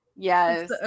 yes